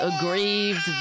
aggrieved